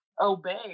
obey